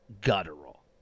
guttural